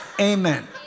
Amen